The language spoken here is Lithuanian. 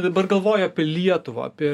dabar galvoju apie lietuvą apie